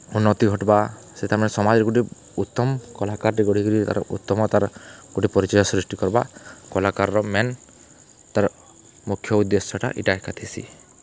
ଉନ୍ନତି ଘଟ୍ବା ସେ ତାର୍ମାନେ ସମାଜ୍ରେ ଗୁଟେ ଉତ୍ତମ୍ କଲାକାର୍ଟେ ଗଢ଼ିକିରି ତାର୍ ଉତ୍ତମ୍ ତାର୍ ଗୁଟେ ପରିଚୟ ସୃଷ୍ଟି କର୍ବା କଲାକାର୍ର ମେନ୍ ତାର୍ ମୁଖ୍ୟ ଉଦ୍ଦେଶ୍ୟଟା ଇଟା ଏକା ଥିସି